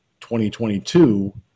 2022